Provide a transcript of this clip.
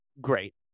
great